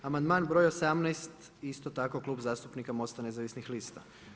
Amandman broj 18. isto tako Klub zastupnika Mosta nezavisnih lista.